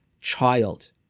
child